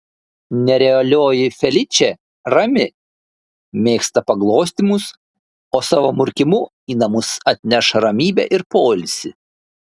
nerealioji feličė rami mėgsta paglostymus o savo murkimu į namus atneš ramybę ir poilsį